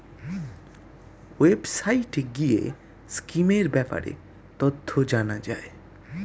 ওয়েবসাইটে গিয়ে স্কিমের ব্যাপারে তথ্য জানা যায়